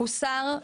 הוסר,